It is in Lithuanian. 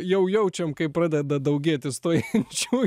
jau jaučiam kaip pradeda daugėti stojančiųjų